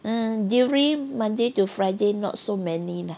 uh during monday to friday not so many lah